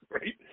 right